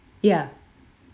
ya